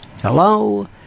Hello